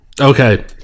Okay